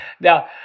Now